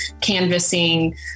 canvassing